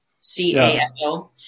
C-A-F-O